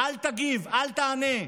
אל תגיב, אל תענה.